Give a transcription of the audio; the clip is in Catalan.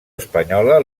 espanyola